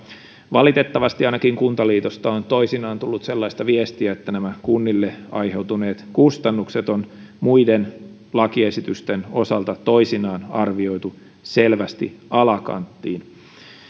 valitettavasti ainakin kuntaliitosta on toisinaan tullut sellaista viestiä että kunnille aiheutuneet kustannukset on muiden lakiesitysten osalta toisinaan arvioitu selvästi alakanttiin